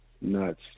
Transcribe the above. Nuts